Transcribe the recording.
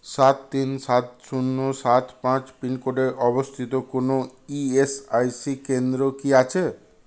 সাত তিন সাত শূন্য সাত পাঁচ পিনকোডে অবস্থিত কোনও ইএসআইসি কেন্দ্র কি আছে